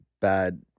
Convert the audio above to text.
bad